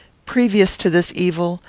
previous to this evil,